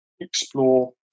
explore